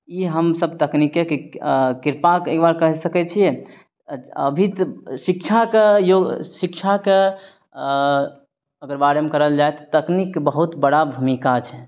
ई हम सब तकनीकेके कृपा एकबार कहि सकय छियै अभी तऽ शिक्षाके यो शिक्षाके अगर बारेमे करल जाइ तऽ तकनीकके बहुत बड़ा भूमिका छै